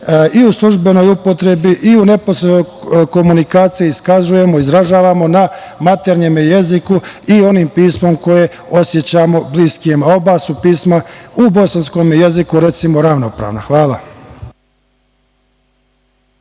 i u službenoj upotrebi i u neposrednoj komunikaciji iskazujemo, izražavamo na maternjem jeziku i onim pismom koje osećamo bliskim. Oba su pisma u bosanskom jeziku, recimo, ravnopravna. Hvala.